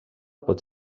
pot